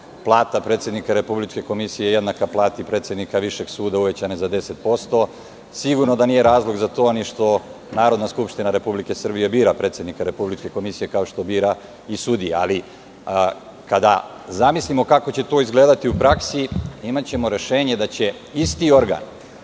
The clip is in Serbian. plata predsednika Republičke komisije jednaka plati predsednika Višeg suda, uvećana za 10%, sigurno da nije razlog za to ni što Narodna skupština Republike Srbije bira predsednika Republičke komisije, kao što bira i sudije. Ali, kada zamislimo kako će to izgledati u praksi, imaćemo rešenje da će isti organ